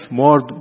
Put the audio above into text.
more